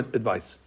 advice